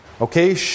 Okay